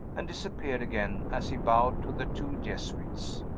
and disappeared again, as he bowed to the two jesuits.